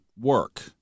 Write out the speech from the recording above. work